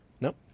Nope